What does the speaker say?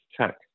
check